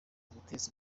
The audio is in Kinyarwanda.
guteza